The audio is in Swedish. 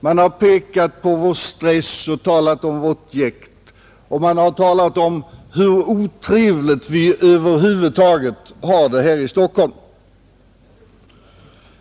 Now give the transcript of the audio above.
Man har pekat på vår stress och talat om vårt jäkt, och man har talat om hur otrevligt vi över huvud taget har det här i Stockholm.